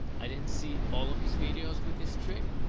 i didn't see all of his videos with this trick,